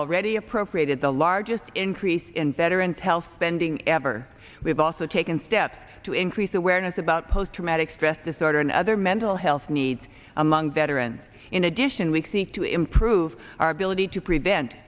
already appropriated the largest increase in better intel spending ever we've also taken steps to increase awareness about post traumatic stress disorder and other mental health needs among veterans in addition we seek to improve our ability to prevent